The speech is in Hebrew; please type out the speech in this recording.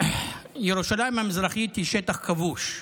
ירושלים המזרחית היא שטח כבוש.